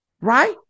right